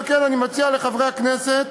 חברת הכנסת